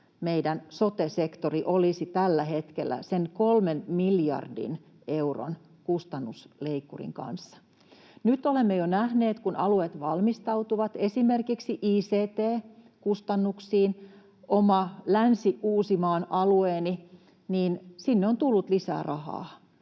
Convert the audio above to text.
meidän sote-sektori olisi tällä hetkellä sen kolmen miljardin euron kustannusleikkurin kanssa. Nyt olemme jo nähneet, kun alueet valmistautuvat esimerkiksi ict-kustannuksiin, että omalle Länsi-Uusimaan alueelleni on tullut lisää rahaa.